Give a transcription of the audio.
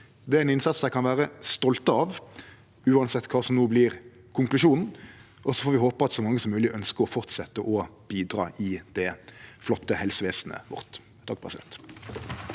Det er ein innsats dei kan vere stolte av, uansett kva som no vert konklusjonen, og så får vi håpe at så mange som mogleg ønskjer å fortsetje å bidra i det flotte helsevesenet vårt. Irene